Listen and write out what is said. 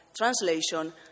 translation